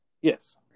yes